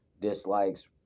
dislikes